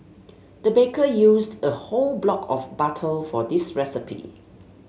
the baker used a whole block of butter for this recipe